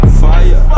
fire